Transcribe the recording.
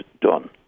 done